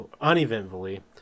uneventfully